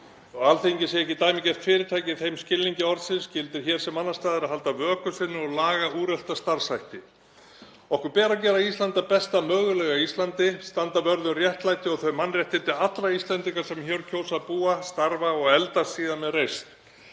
Alþingi sé ekki dæmigert fyrirtæki í þeim skilningi orðsins gildir hér sem annars staðar að halda vöku sinni og laga úrelta starfshætti. Okkur ber að gera Ísland að besta mögulega Íslandi, standa vörð um réttlæti og þau mannréttindi allra Íslendinga sem hér kjósa að búa, starfa og eldast síðan með reisn.